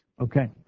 Okay